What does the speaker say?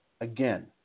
Again